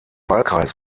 wahlkreis